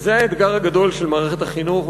זה האתגר הגדול של מערכת החינוך.